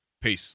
Peace